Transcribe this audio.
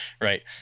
right